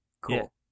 Cool